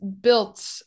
built